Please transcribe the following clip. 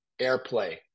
airplay